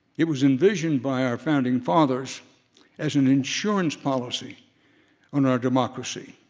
it was envisioned by our founding fathers as an insurance policy on our democracy.